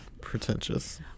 pretentious